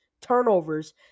turnovers